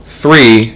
three